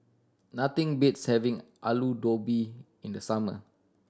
nothing beats having Alu Gobi in the summer